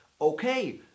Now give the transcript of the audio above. okay